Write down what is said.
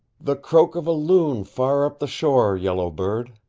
the croak of a loon far up the shore, yellow bird.